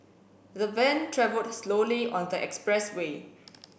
the van traveled slowly on the expressway